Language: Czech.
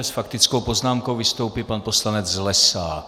S faktickou poznámkou vystoupí pan poslanec Zlesák.